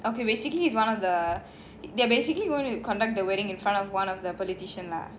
okay basically is one of they are basically gonna conduct the wedding in front of one of the politician lah